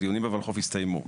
הדיונים בולחו"ף הסתיימו.